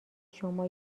شما